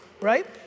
Right